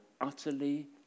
utterly